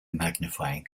magnifying